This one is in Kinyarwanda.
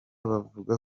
bavuga